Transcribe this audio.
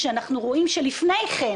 כשאנחנו רואים שלפני כן,